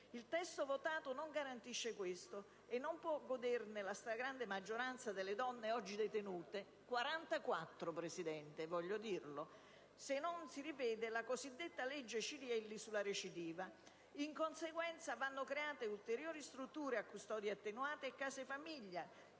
Il testo votato non garantisce questo e non può goderne la stragrande maggioranza delle donne oggi detenute - che, vi voglio ricordare, sono 44 - se non si rivede la legge cosiddetta Cirielli sulla recidiva. In conseguenza, vanno create ulteriori strutture a custodia attenuata e case famiglia,